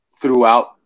throughout